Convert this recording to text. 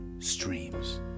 Streams